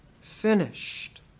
finished